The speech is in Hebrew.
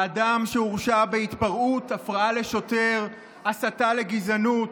האדם שהורשע בהתפרעות, הפרעה לשוטר, הסתה לגזענות,